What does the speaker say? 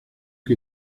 que